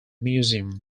museum